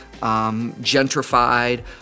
gentrified